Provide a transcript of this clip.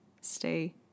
stay